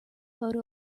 photo